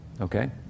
Okay